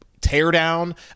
teardown